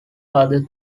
other